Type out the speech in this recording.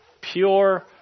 pure